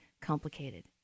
complicated